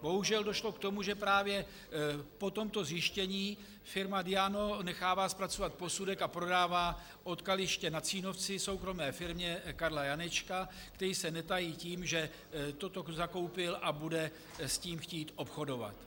Bohužel došlo k tomu, že právě po tomto zjištění firma Diamo nechává zpracovat posudek a prodává odkaliště na Cínovci soukromé firmě Karla Janečka, který se netají tím, že toto zakoupil a bude s tím chtít obchodovat.